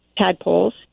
tadpoles